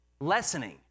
lessening